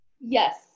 Yes